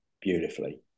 beautifully